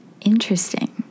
Interesting